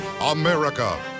America